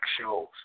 shows